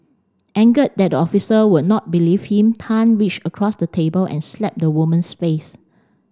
angered that the officer would not believe him Tan reached across the table and slapped the woman's face